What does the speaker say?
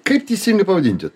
kaip teisingai pavadinti